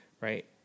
Right